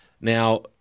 Now